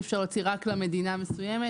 אי אפשר להוציא רק למדינה מסוימת?